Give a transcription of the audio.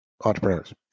entrepreneurs